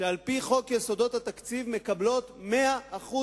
שעל-פי חוק יסודות התקציב מקבלות 100%